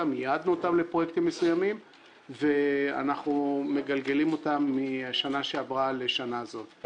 ייעדנו לפרויקטים מסוימים ואנחנו מגלגלים משנה שעברה לשנה הזאת.